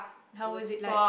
how was it like